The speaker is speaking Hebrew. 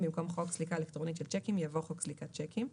במקום "חוק סליקה אלקטרונית של שיקים" יבוא "חוק סליקת שיקים".